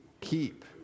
keep